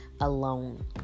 alone